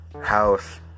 house